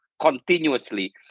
continuously